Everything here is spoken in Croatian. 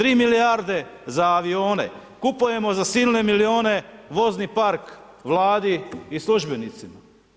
3 milijarde za avione, kupujemo za silne milijune vozni park Vladi i službenicima.